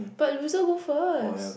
but loser go first